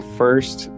first